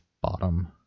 bottom